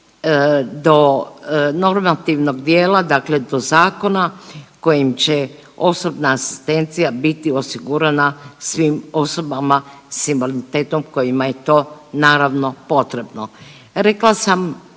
do normativnog dijela, dakle do zakona kojim će osobna asistencija biti osigurana svim osobama s invaliditetom kojima je to naravno potrebno. Rekla sam